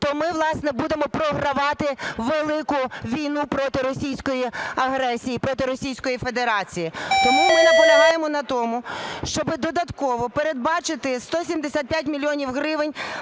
то ми, власне, будемо програвати велику війну проти російської агресії, проти Російської Федерації. Тому ми наполягаємо на тому, щоб додатково передбачити 175 мільйонів гривень